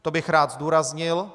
To bych rád zdůraznil.